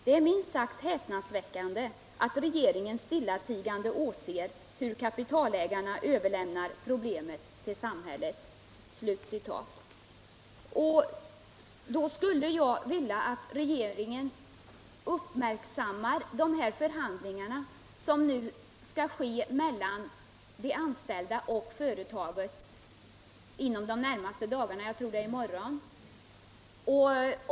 Det är minst sagt häpnadsväckande att regeringen stillatigande åser hur kapitalägarna överlämnar problemet till sam hället.” Jag skulle vilja att regeringen uppmärksammar de förhandlingar som skull ske mellan de anställda och företaget inom de närmaste dagarna — jug tror att det är i morgon.